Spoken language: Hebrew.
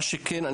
מה שכן,